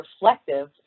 reflective